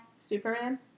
Superman